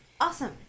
awesome